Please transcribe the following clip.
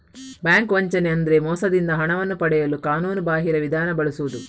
bank ವಂಚನೆ ಅಂದ್ರೆ ಮೋಸದಿಂದ ಹಣವನ್ನು ಪಡೆಯಲು ಕಾನೂನುಬಾಹಿರ ವಿಧಾನ ಬಳಸುದು